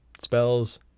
Spells